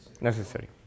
Necessary